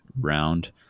round